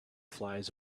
flies